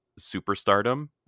superstardom